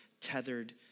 tethered